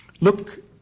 Look